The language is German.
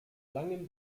langem